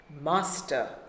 Master